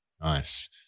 Nice